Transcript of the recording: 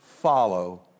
follow